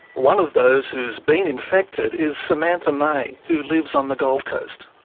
one of those who's been infected is samantha may, who lives on the gold coast.